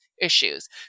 issues